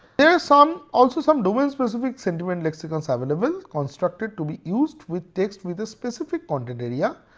there are some also some domain specific sentiment lexicons available constructed to be used with text with a specific content area.